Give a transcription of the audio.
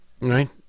right